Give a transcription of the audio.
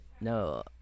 No